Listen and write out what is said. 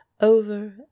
over